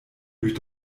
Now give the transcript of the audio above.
durch